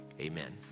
Amen